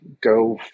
go